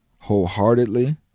wholeheartedly